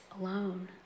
alone